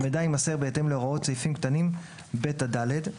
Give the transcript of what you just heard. המידע יימסר בהתאם להוראות סעיפים קטנים (ב) עד (ד);